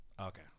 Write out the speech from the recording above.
Okay